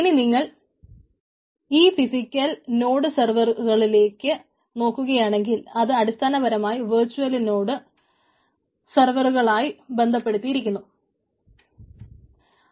ഇനി നിങ്ങൾ ഈ ഫിസിക്കൽ നോഡ് സർവറുകളിലേക്ക് നോക്കുകയാണെങ്കിൽ അത് അടിസ്ഥാനപരമായി വെർച്ചലിനോട് സർവറുകളായി ബന്ധപ്പെടുത്തിയിരിക്കുകയാണ്